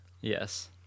Yes